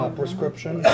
prescription